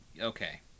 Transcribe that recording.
Okay